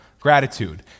Gratitude